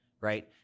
right